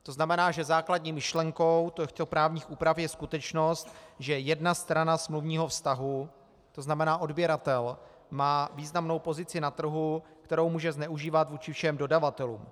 To znamená, že základní myšlenkou těchto právních úprav je skutečnost, že jedna strana smluvního vztahu, tzn. odběratel, má významnou pozici na trhu, kterou může zneužívat vůči všem dodavatelům.